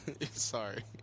Sorry